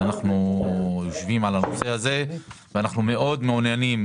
אנחנו יושבים על הנושא הזה ואנחנו מאוד מעוניינים